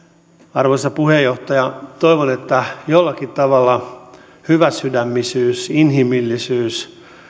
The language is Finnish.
arvoisa puheenjohtaja toivon että jollakin tavalla hyväsydämisyys inhimillisyys